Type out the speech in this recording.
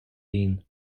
ihn